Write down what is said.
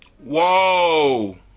Whoa